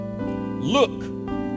Look